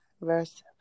verse